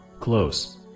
close